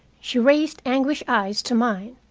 she raised anguished eyes to mine.